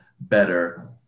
better